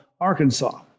Arkansas